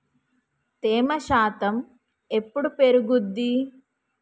తేమ శాతం ఎప్పుడు పెరుగుద్ది?